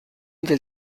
del